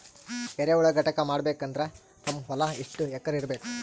ಎರೆಹುಳ ಘಟಕ ಮಾಡಬೇಕಂದ್ರೆ ನಮ್ಮ ಹೊಲ ಎಷ್ಟು ಎಕರ್ ಇರಬೇಕು?